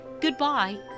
Goodbye